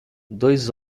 dois